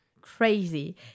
crazy